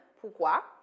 pourquoi